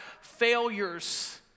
failures